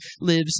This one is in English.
lives